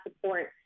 support